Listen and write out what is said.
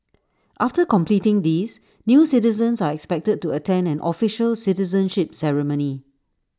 after completing these new citizens are expected to attend an official citizenship ceremony